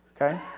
okay